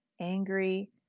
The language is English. angry